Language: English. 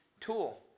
tool